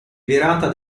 virata